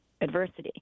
adversity